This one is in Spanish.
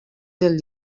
del